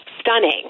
stunning